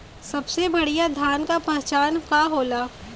सबसे बढ़ियां धान का पहचान का होला?